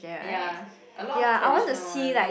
ya a lot of traditional one